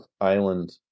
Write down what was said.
island